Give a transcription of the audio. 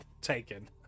taken